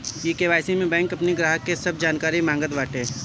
KYC में bank अपनी ग्राहक के सब जानकारी मांगत बाटे